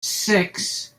six